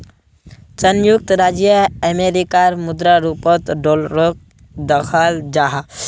संयुक्त राज्य अमेरिकार मुद्रा रूपोत डॉलरोक दखाल जाहा